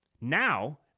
Now